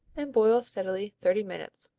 and boil steadily thirty minutes,